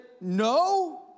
no